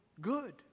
good